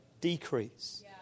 decrease